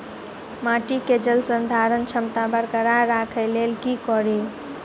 माटि केँ जलसंधारण क्षमता बरकरार राखै लेल की कड़ी?